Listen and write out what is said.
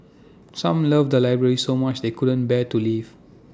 some love the library so much they couldn't bear to leave